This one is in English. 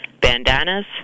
bandanas